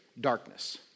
darkness